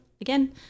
again